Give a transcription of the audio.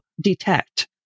detect